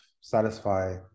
satisfy